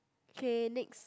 okay next